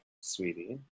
sweetie